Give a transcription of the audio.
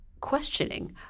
questioning